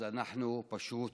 אז אנחנו פשוט